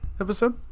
episode